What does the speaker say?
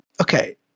okay